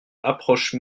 approche